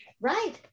Right